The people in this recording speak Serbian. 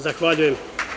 Zahvaljujem.